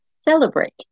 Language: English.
celebrate